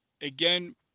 Again